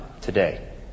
today